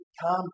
come